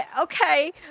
Okay